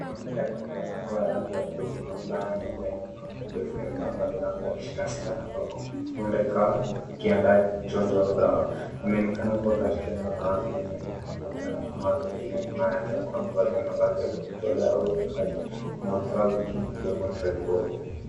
Mwanamke aliyebarakoa rangi ya buluu na fulana nyeupe yenye mikono mirefu ya mirabamiraba akishika sindano ndogo. Huenda ikawa akiandaa chanjo au dawa. Anaonekana akiwa katika eneo la wazi lenye hema nyeupe na kuna watu wengine nyuma yake wakiwa wamevalia mavazi ya matoleo au ya kazi. Kuna vifaa vingine ikiwemo tripod .